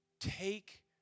Take